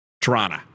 Toronto